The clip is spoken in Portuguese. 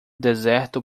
deserto